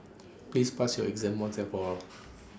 please pass your exam once and for all